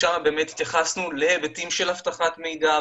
שם התייחסנו להיבטים של אבטחת מידע,